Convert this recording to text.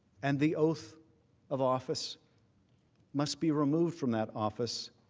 and the oath of office must be removed from that office.